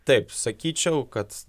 taip sakyčiau kad